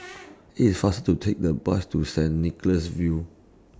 IT IS faster to Take The Bus to Saint Nicholas View